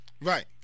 Right